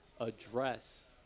address